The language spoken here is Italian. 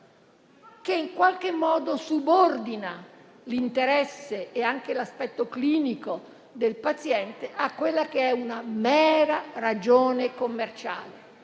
che in qualche modo subordina l'interesse e anche l'aspetto clinico del paziente a una mera ragione commerciale.